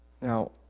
Now